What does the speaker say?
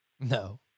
No